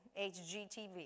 HGTV